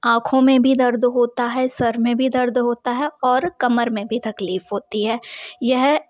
आँखों में भी दर्द होता है सर में भी दर्द होता है और कमर में भी तकलीफ होती है यह